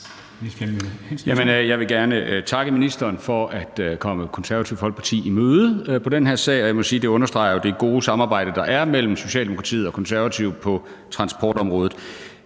Jeg vil gerne takke ministeren for at komme Det Konservative Folkeparti i møde i den her sag. Jeg må sige, at det jo understreger det gode samarbejde, der er mellem Socialdemokratiet og De Konservative på transportområdet.